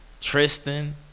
Tristan